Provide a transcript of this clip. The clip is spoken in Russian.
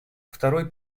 второй